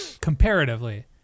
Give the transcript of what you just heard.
comparatively